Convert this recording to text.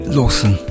Lawson